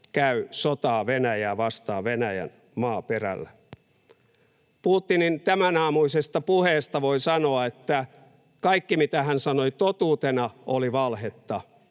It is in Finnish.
käy sotaa Venäjää vastaan Venäjän maaperällä. Putinin tämänaamuisesta puheesta voi sanoa, että kaikki, mitä hän sanoi totuutena, oli valhetta.